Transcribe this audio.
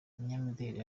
umunyamideli